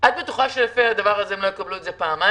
את בטוחה שלפי הדבר הזה הם לא יקבלו את זה פעמיים,